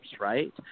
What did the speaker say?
right